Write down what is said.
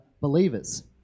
believers